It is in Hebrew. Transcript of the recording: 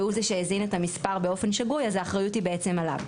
והוא זה שהזין א המספר באופן שגוי אז האחריות היא בעצם עליו.